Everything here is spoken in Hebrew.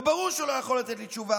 וברור שהוא לא יכול היה לתת לי תשובה,